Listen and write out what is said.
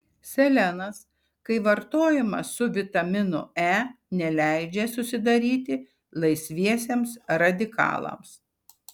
selenas kai vartojamas su vitaminu e neleidžia susidaryti laisviesiems radikalams